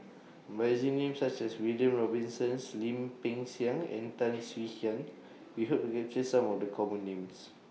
By using Names such as William Robinson Lim Peng Siang and Tan Swie Hian We Hope to capture Some of The Common Names